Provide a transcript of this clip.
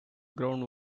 ground